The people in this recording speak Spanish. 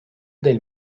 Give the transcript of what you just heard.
del